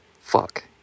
fuck